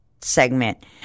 segment